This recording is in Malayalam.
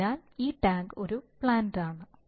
അതിനാൽ ഈ ടാങ്ക് ഒരു പ്ലാന്റ് ആണ്